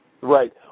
Right